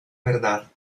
verdad